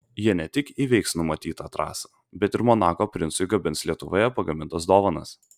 jie ne tik įveiks numatytą trasą bet ir monako princui gabens lietuvoje pagamintas dovanas